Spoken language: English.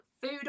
food